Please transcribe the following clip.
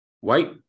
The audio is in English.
white